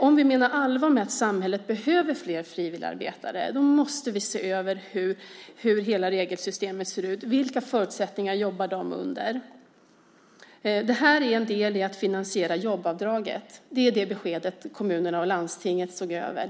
Om vi menar allvar med att samhället behöver fler frivilligarbetare så måste vi se över hur hela regelsystemet ser ut. Vilka förutsättningar jobbar man under? Det här är en del i att finansiera jobbavdraget. Det var det beskedet kommunerna och landstingen såg över.